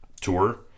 tour